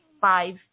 five